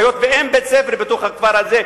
היות שאין בית-ספר בתוך הכפר הזה,